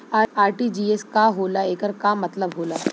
RTGS का होला एकर का मतलब होला?